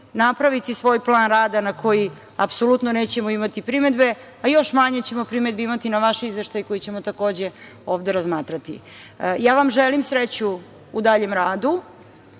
napraviti svoj plan rada, na koji apsolutno nećemo imati primedbe, a još manje ćemo primedbi imati na vaš izveštaj koji ćemo takođe ovde razmatrati. Ja vam želim sreću u daljem radu